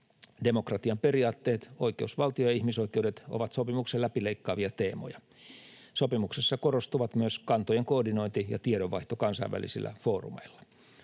Demokratian periaatteet, oikeusvaltio ja ihmisoikeudet ovat sopimuksen läpileikkaavia teemoja. Sopimuksessa korostuvat myös kantojen koordinointi ja tiedonvaihto kansainvälisillä foorumeilla.